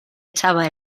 echaba